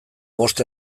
bost